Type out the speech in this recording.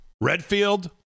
Redfield